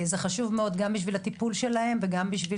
זה חשוב מאוד גם בשביל הטיפול שלהם וגם בשביל